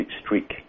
streak